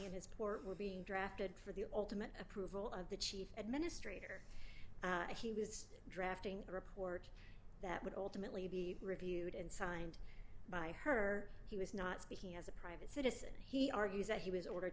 in his port were being drafted for the ultimate approval of the chief administrator he was drafting a report that would ultimately be reviewed and signed by her he was not speaking as a private citizen he argues that he was ordered